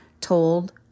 told